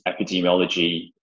epidemiology